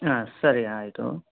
ಹಾಂ ಸರಿ ಆಯಿತು